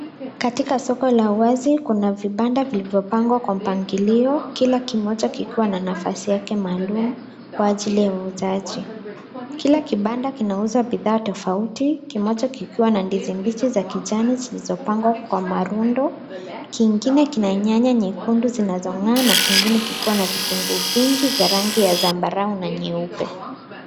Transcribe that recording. Katika soko la wazi kuna vibanda vilivyopangwa kwa mpangilio kila kimoja kikiwa na nafasi yake maalum kwa ajili ya uuzaji. Kila kibanda kinauza bidhaa tofauti, kimoja kikiwa na ndizi mbichi za kijani zilizopangwa kwa marundo, kingine kina nyanya nyekundu zinazong'aa na kingine kikiwa na vitunguu vingi vya rangi ya zambarau na nyeupe.